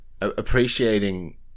appreciating